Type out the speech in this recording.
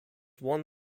won